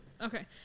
Okay